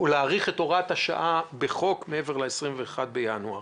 להאריך את הוראת השעה בחוק מעבר ל-21 בינואר.